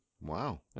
Wow